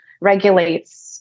regulates